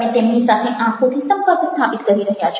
તમે તેમની સાથે આંખોથી સંપર્ક સ્થાપિત કરી રહ્યા છો